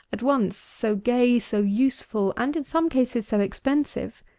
at once so gay, so useful, and in some cases so expensive,